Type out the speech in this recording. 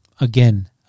Again